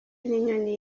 inyoni